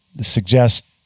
suggest